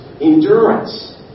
Endurance